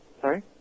Sorry